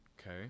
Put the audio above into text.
okay